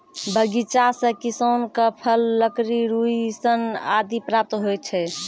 बगीचा सें किसान क फल, लकड़ी, रुई, सन आदि प्राप्त होय छै